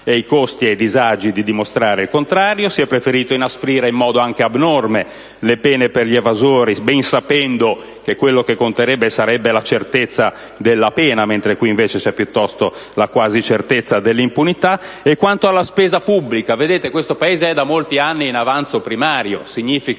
e i costi e i disagi di dimostrare il contrario; si è preferito inasprire, anche in modo abnorme, le pene per gli evasori, ben sapendo che quello che conterebbe sarebbe la certezza della pena, mentre qui, invece, vi è piuttosto la quasi certezza dell'impunità. Quanto alla spesa pubblica, questo Paese è da molti anni in avanzo primario. Ciò significa